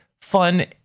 fun